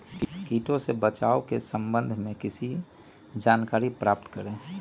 किटो से बचाव के सम्वन्ध में किसी जानकारी प्राप्त करें?